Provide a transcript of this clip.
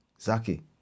Zaki